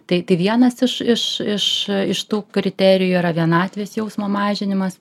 tai tai vienas iš iš tų kriterijų yra vienatvės jausmo mažinimas